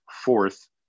fourth